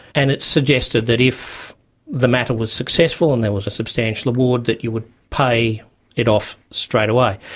and it's suggested that if the matter was successful and there was a substantial award, that you would pay it off straight away.